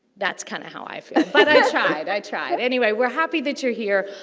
that's kind of how i feel. but, i try, i try. anyway, we're happy that you're here.